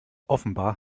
offenbar